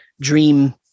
dream